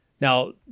Now